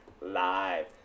live